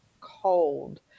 cold